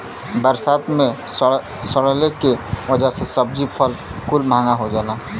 बरसात मे सड़ले के वजह से सब्जी फल कुल महंगा हो जाला